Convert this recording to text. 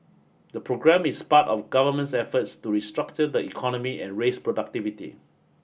the programme is part of governments efforts to restructure the economy and raise productivity